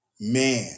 man